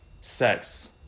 Sex